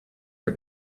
her